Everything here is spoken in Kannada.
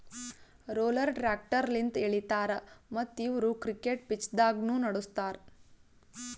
ರೋಲರ್ ಟ್ರ್ಯಾಕ್ಟರ್ ಲಿಂತ್ ಎಳಿತಾರ ಮತ್ತ್ ಇವು ಕ್ರಿಕೆಟ್ ಪಿಚ್ದಾಗ್ನು ನಡುಸ್ತಾರ್